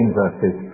verses